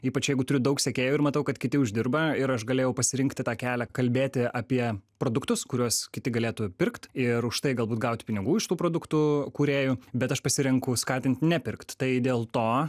ypač jeigu turiu daug sekėjų ir matau kad kiti uždirba ir aš galėjau pasirinkti tą kelią kalbėti apie produktus kuriuos kiti galėtų pirkt ir už tai galbūt gaut pinigų iš tų produktų kūrėjų bet aš pasirenku skatint nepirkt tai dėl to